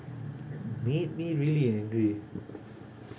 made me really angry